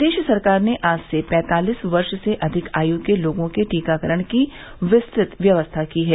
प्रदेश सरकार ने आज से पैंतालीस वर्ष से अधिक आय के लोगों के टीकाकरण की विस्तत व्यवस्था की है